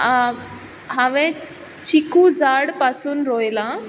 आं हांवें चिकू जाड पासून रोंयलां